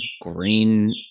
green